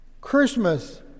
Christmas